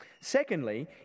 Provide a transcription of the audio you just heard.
Secondly